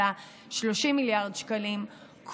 אלא 30 מיליארד שקלים,